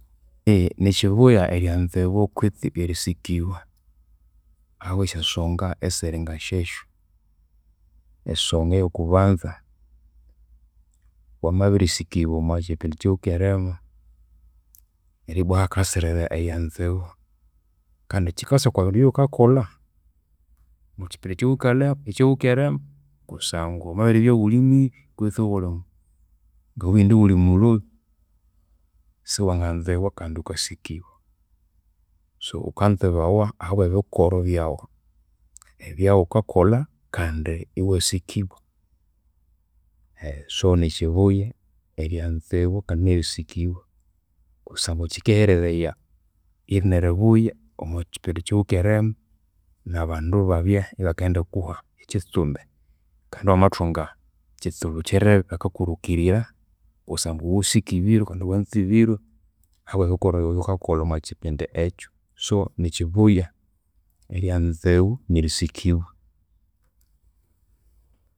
Nikyibuya eryanzibwa kwitsi erisikibwa ahabwa esyansonga esiringasyesyu. Ensonga eyokubanza, wamabirisikibwa omwakyipindi ekyaghukeremu, neribwa hakasirira eryanzibwa kandi kyikasighikira okwabindu ebyaghukakolha omwakyipindi ekyaghukeremu. Kusangwa wamaribya ighuli mwibyi kwitsi ighulimu, ngabughe indi ighulimulhoyi siwanganzibwa kandi ghukasikibwa. So ghukanzibawa ahabwa ebikorwa byaghu ebyaghukakolha kandi iwasikibwa. So nikyibuya eryanzibwa kandi nerisikibwa kusangwa kyikehereraya erina eribuya omwakyipindi ekyaghukeremu nabandu ibabya ibakendikuha ekyitsumbi. Kandi wamathunga ekyitsibu kyirebe, bakakurukirira kusangwa ghusikibirwe kandi wanzibirwe ahabwa ebikorwa byaghu ebyaghukakolha omwakyipindi ekyu. So nikyibuya eryanzibwa nerisikibwa.